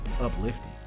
uplifting